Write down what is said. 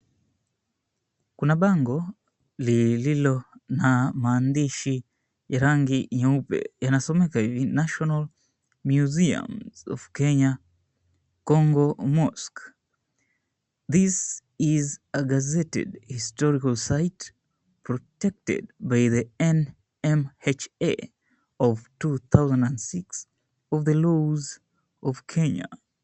Kuna bango lililo na maandishi ya rangi nyeupe yanasomeka hivi National Museum Of Kenya Kongo Mosque. This is a gazetted historical site protected by the NMHA of 2006 Of The Laws Of Kenya.